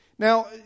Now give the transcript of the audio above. Now